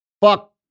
fuck